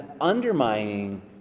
undermining